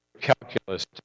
calculus